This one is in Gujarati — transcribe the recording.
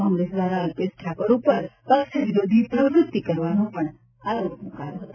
કોંગ્રેસ દ્વારા અલ્પેશ ઠાકોર ઉપર પક્ષ વિરોધી પ્રવૃતિ કરવાનો પણ આરોપ મૂક્યો હતો